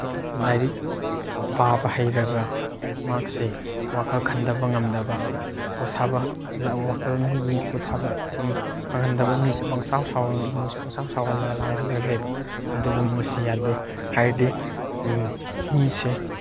ꯂꯥꯏꯔꯤꯛ ꯄꯥꯕ ꯍꯩꯔꯒ ꯃꯍꯥꯛꯁꯦ ꯋꯥꯈꯟ ꯈꯟꯗꯕ ꯉꯝꯗꯕ ꯄꯣꯊꯥꯕꯗ ꯋꯥꯈꯜ ꯃꯤꯒꯤ ꯄꯣꯊꯥꯕ ꯐꯝ ꯈꯪꯍꯟꯗꯕ ꯃꯤꯁꯦ ꯄꯪꯁꯥꯎ ꯁꯥꯎꯔ ꯏꯃꯨꯡꯁꯦ ꯄꯪꯁꯥꯎ ꯁꯥꯎꯍꯜꯂ ꯂꯥꯡꯍꯜꯂ ꯂꯩꯕ ꯑꯗꯨꯒꯨꯝꯕꯁꯤ ꯌꯥꯗꯦ ꯍꯥꯏꯔꯗꯤ ꯃꯤꯁꯦ